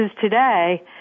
today